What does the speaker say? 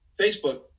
Facebook